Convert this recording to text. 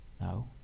No